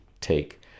take